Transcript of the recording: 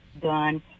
done